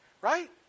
right